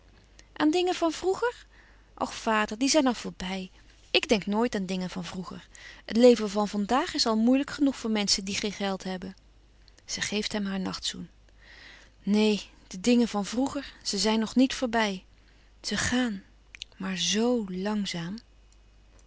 aan dingen van vroeger och vader die zijn al voorbij ik denk nooit aan dingen van vroeger het leven van van daag is al moeilijk genoeg voor menschen die geen geld hebben zij geeft hem haar nachtzoen neen de dingen van vroeger ze zijn nog niet voorbij ze gaan ze gaan maar zoo langzaam